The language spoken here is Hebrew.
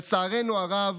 לצערנו הרב,